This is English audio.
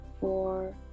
four